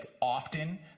often